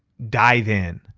dive in,